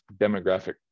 demographic